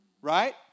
Right